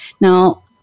Now